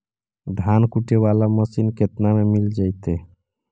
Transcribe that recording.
धान कुटे बाला मशीन केतना में मिल जइतै?